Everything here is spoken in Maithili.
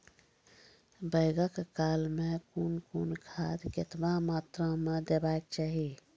बौगक काल मे कून कून खाद केतबा मात्राम देबाक चाही?